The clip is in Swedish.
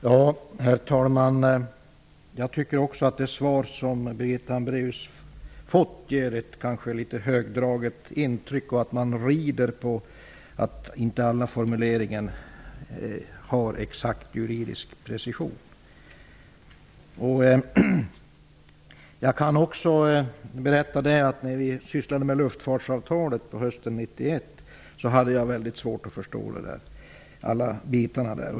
Herr talman! Också jag tycker att det svar som Birgitta Hambraeus har fått ger ett litet högdraget intryck och att man i det rider på att inte alla formuleringar har exakt juridisk precision. Jag kan berätta att jag när vi arbetade med luftfartsavtalet hösten 1991 hade mycket svårt att förstå alla delar i det.